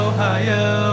Ohio